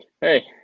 Hey